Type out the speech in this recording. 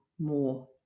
more